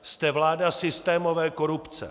Jste vláda systémové korupce.